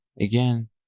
again